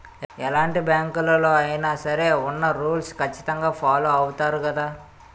ఎలాంటి బ్యాంకులలో అయినా సరే ఉన్న రూల్స్ ఖచ్చితంగా ఫాలో అవుతారు గదా